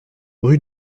rue